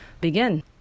begin